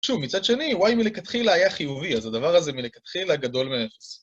שוב, מצד שני, y מלכתחילה היה חיובי, אז הדבר הזה מלכתחילה גדול מאפס.